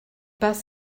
pas